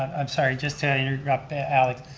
i'm sorry, just to interrupt, alex.